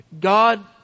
God